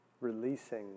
releasing